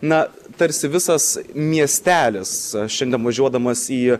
na tarsi visas miestelis aš šiandien važiuodamas į